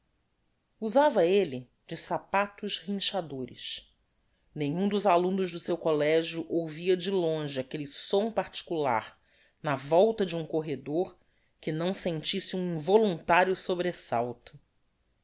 usava elle de sapatos rinchadores nenhum dos alumnos do seu collegio ouvia de longe aquelle som particular na volta de um corredor que não sentisse um involuntario sobresalto